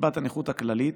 לקצבת הנכות הכללית,